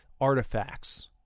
Artifacts